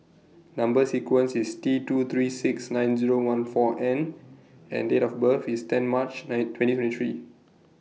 Number sequence IS T two three six nine Zero one four N and Date of birth IS ten March twenty twenty three